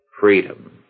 freedom